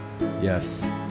Yes